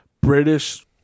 British